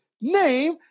name